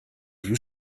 you